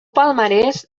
palmarès